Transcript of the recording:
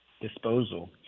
disposal